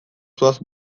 zoaz